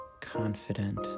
confident